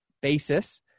basis